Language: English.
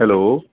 hello